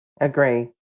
Agree